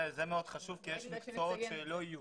זה מאוד חשוב כי יש מקצועות שלא יהיו.